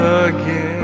again